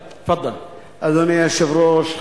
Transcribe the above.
6153, 6157, 6156, 6161, 6162 ו-6167.